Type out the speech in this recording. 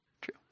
true